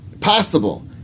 possible